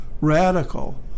radical